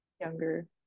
younger